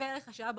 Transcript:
שרכיבי ערך השעה,